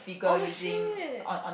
oh shit